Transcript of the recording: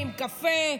קפה,